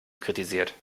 kritisiert